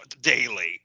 daily